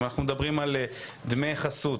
אם למשל נדבר על דמי חסות,